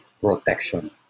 protection